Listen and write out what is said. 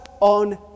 on